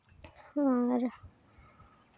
ᱟᱨ